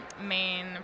main